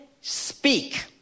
speak